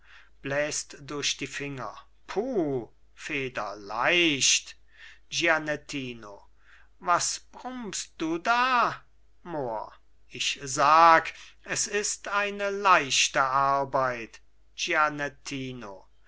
bläst durch die finger puh federleicht gianettino was brummst du da mohr ich sag es ist eine leichte arbeit